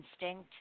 instinct